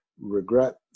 regret